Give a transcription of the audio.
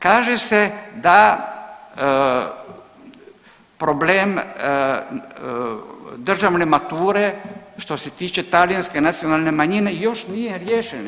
Kaže se da problem državne mature što se tiče talijanske nacionalne manjine nije još riješen.